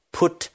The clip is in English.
put